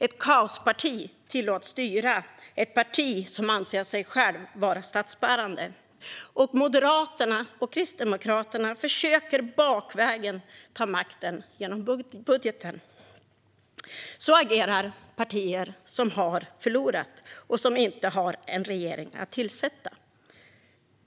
Ett kaosparti tillåts styra, ett parti som anser sig självt vara statsbärande. Och Moderaterna och Kristdemokraterna försöker att bakvägen ta makten genom budgeten. Så agerar partier som har förlorat och som inte har en regering att tillsätta.